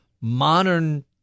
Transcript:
Modern